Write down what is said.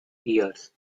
years